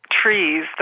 trees